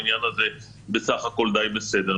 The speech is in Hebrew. העניין הזה בסך הכול די בסדר.